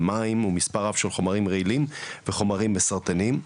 מים ומספר רב של חומרים רעילים וחומרים מסרטנים.